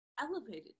elevated